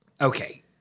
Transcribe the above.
Okay